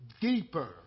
deeper